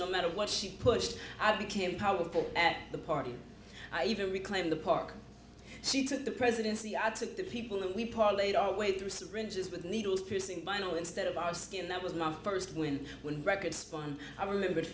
no matter what she pushed i became powerful at the party i even reclaimed the park she took the presidency i took the people and we parlayed our way through syringes with needles piercing vinyl instead of our skin that was my first win win record spawn i remembered